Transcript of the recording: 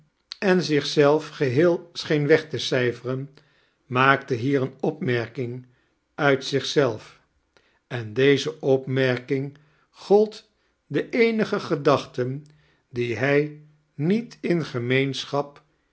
en zich zelf geheel scheen weg te cijfexen maakte hier eene opmerking uit zich zelf en deze opmerkimg gold de eenige gedachte die hij niet in gemeenschap